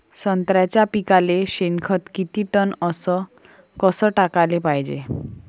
संत्र्याच्या पिकाले शेनखत किती टन अस कस टाकाले पायजे?